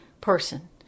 person